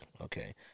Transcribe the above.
Okay